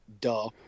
duh